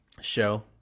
show